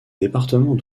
département